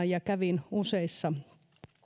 ja kävin useissa